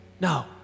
No